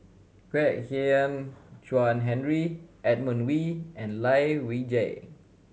Kwek Hian Chuan Henry Edmund Wee and Lai Weijie